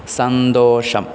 സന്തോഷം